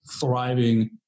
thriving